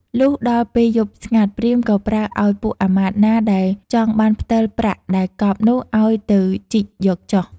លុះដល់ពេលយប់ស្ងាត់ ព្រាហ្មណ៍ក៏ប្រើឲ្យពួកអាមាត្យណាដែលចង់បានផ្ដិលប្រាក់ដែលកប់នោះ ឲ្យទៅជីកយកចុះ។